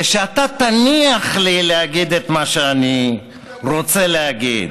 ושאתה תניח לי להגיד את מה שאני רוצה להגיד.